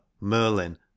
Merlin